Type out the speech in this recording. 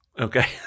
Okay